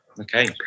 Okay